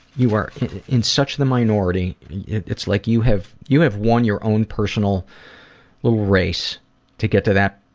you are in such the minority it's like you have you have won your own personal little race to get to that,